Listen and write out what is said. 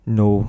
no